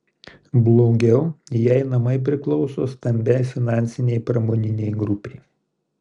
blogiau jei namai priklauso stambiai finansinei pramoninei grupei